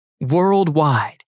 worldwide